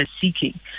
seeking